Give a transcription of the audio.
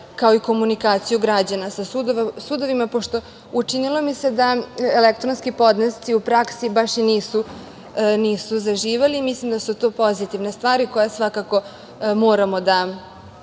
kao i komunikaciju građana sa sudovima, pošto učinilo mi se da elektronski podnesci u praksi baš i nisu zaživeli. Mislim da su to pozitivne stvari koje svakako moramo da